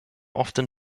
often